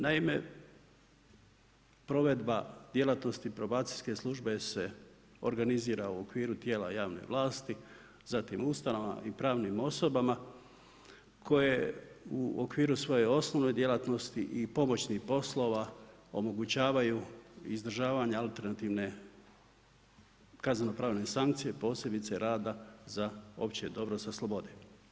Naime, provedba djelatnosti probacijske službe se organizira u okviru tijela javne vlasti, zatim ustanovama i pravnim osobama koje u okviru svoje osnovne djelatnosti i pomoćnih poslova omogućavaju izdržavanju alternativne kaznenopravne sankcije, posebice rada za opće dobro sa slobode.